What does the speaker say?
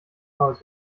norris